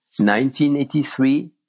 1983